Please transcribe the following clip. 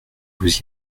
vous